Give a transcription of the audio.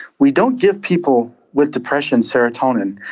we don't give people with depression serotonin.